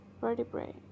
vertebrae